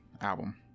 album